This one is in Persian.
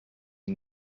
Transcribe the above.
این